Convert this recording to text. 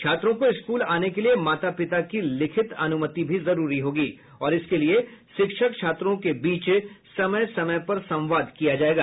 छात्रों को स्कूल आने के लिए माता पिता की लिखित अनुमति भी जरूरी होगी और इसके लिए शिक्षक छात्रों के बीच समय समय पर संवाद किया जाएगा